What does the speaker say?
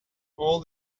all